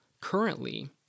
currently